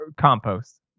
compost